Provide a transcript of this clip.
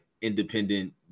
independent